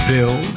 Bill